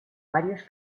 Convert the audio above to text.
varios